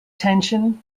tension